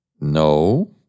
No